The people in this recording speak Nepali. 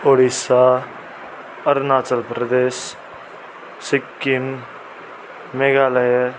उडिसा अरूणाचलप्रदेश सिक्किम मेघालय